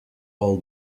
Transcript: all